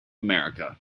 america